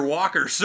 Walker